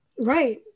Right